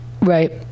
right